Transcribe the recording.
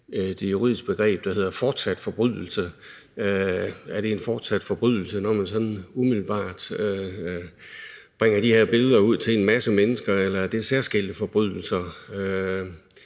det juridiske begreb, der hedder fortsat forbrydelse, og er det en fortsat forbrydelse, når man sådan umiddelbart bringer de her billeder ud til en masse mennesker, eller er det særskilte forbrydelser?